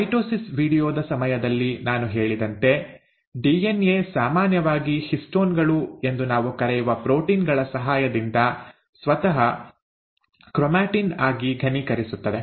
mitosis ವೀಡಿಯೋದ ಸಮಯದಲ್ಲಿ ನಾನು ಹೇಳಿದಂತೆ ಡಿಎನ್ಎ ಸಾಮಾನ್ಯವಾಗಿ ಹಿಸ್ಟೋನ್ ಗಳು ಎಂದು ನಾವು ಕರೆಯುವ ಪ್ರೋಟೀನ್ ಗಳ ಸಹಾಯದಿಂದ ಸ್ವತಃ ಕ್ರೊಮ್ಯಾಟಿನ್ ಆಗಿ ಘನೀಕರಿಸುತ್ತದೆ